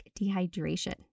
dehydration